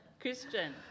Christian